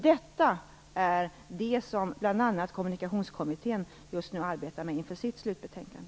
Detta är det som bl.a. Kommunikationskommittén just nu arbetar med inför sitt slutbetänkande.